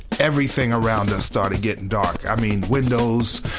everything around us started getting dark. i mean windows,